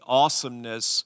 awesomeness